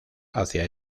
hacia